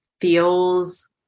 feels